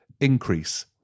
increase